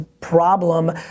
problem